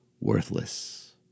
worthless